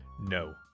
No